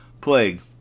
plague